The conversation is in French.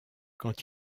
quand